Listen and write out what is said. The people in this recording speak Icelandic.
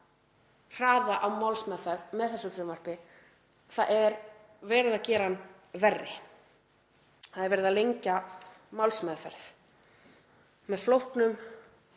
hraða á málsmeðferð með þessu frumvarpi, það er verið að gera hann verri. Það er verið að lengja málsmeðferð með flóknum